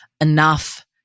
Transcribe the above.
enough